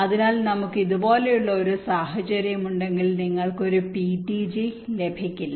അതിനാൽ നമുക്ക് ഇതുപോലുള്ള ഒരു സാഹചര്യം ഉണ്ടെങ്കിൽ നിങ്ങൾക്ക് ഒരു PTG ലഭിക്കില്ല